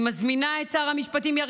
בדיוק אני מציינת את זה.